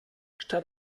statt